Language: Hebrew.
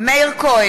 בהצבעה מאיר כהן,